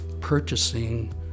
purchasing